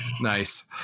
Nice